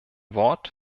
wort